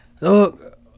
Look